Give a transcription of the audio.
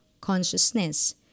consciousness